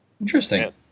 Interesting